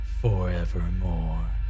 forevermore